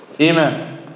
Amen